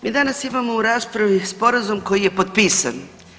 Mi danas imamo u raspravi Sporazum koji je potpisan.